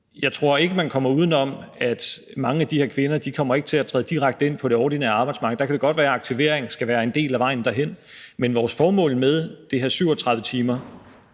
Jeg tror ikke, at man kommer uden om, at mange af de her kvinder ikke kommer til at træde direkte ind på det ordinære arbejdsmarked, og der kan det godt være, at aktivering skal være en del at vejen derind. Men vores formål med det her 37-timersprojekt,